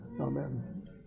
amen